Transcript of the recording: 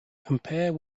compare